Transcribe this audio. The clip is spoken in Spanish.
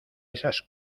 esas